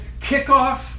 kickoff